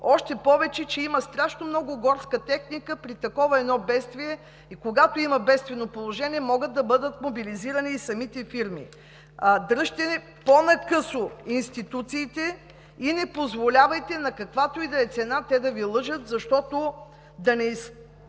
Още повече, че има страшно много горска техника и когато има едно такова бедствие, бедствено положение, могат да бъдат мобилизирани и самите тези фирми. Дръжте по-накъсо институциите и не позволявайте на каквато и да е цена те да Ви лъжат, защото да не изгаряме